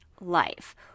life